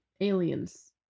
aliens